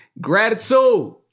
Gratitude